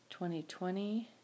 2020